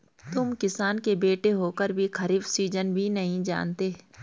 तुम किसान के बेटे होकर भी खरीफ सीजन भी नहीं जानते